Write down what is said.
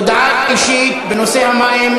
הודעה אישית בנושא המים,